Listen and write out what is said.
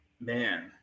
Man